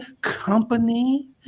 company